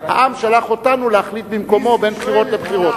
העם שלח אותנו להחליט במקומו בין בחירות לבחירות,